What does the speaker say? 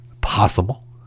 possible